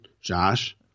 Josh